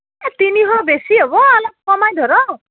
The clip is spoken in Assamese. এ তিনিশ বেছি হ'ব অলপ কমাই ধৰক